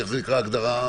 איך נקראת ההגדרה?